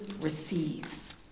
receives